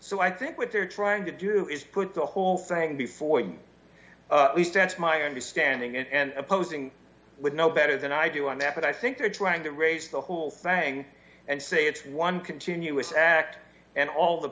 so i think what they're trying to do is put the whole thing before the stance my understanding and opposing would know better than i do on that but i think they're trying to raise the whole thing and say it's one continuous act and all the